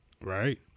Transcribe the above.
Right